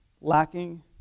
lacking